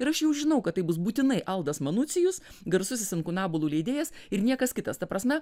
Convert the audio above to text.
ir aš jau žinau kad tai bus būtinai aldas manucijus garsusis inkunabulų leidėjas ir niekas kitas ta prasme